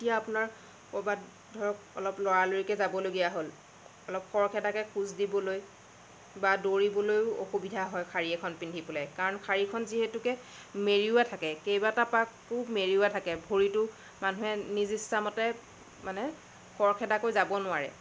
এতিয়া আপোনাৰ ক'ৰবাত ধৰক অলপ ল'ৰালৰিকৈ যাবলগীয়া হ'ল অলপ খৰখেদাকৈ খোজ দিবলৈ বা দৌৰিবলৈও অসুবিধা হয় শাৰী এখন পিন্ধি পেলাই কাৰণ শাৰীখন যিহেতুকে মেৰিওৱা থাকে কেইবাটাও পাকো মেৰিওৱা থাকে ভৰিটো মানুহে নিজ ইচ্ছা মতে মানে খৰখেদাকৈ যাব নোৱাৰে